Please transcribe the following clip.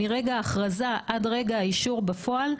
מרגע ההכרזה עד רגע האישור בפועל,